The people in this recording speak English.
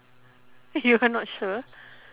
you are not sure